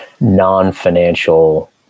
non-financial